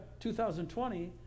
2020